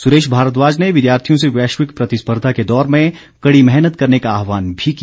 सुरेश भारद्वाज ने विद्यार्थियों से वैश्विक प्रतिस्पर्धा के दौर में कड़ी मेहनत करने का आहवान भी किया